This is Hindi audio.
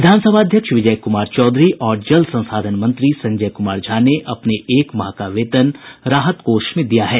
विधानसभा अध्यक्ष विजय कुमार चौधरी और जल संसाधन मंत्री संजय कूमार झा ने अपने एक माह का वेतन राहत कोष में दिया है